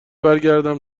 برگردم